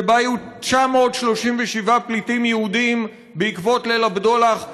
שבה היו 937 פליטים יהודים בעקבות ליל הבדולח,